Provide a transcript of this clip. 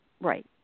Right